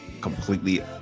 completely